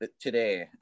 today